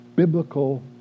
biblical